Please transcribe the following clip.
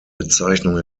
bezeichnung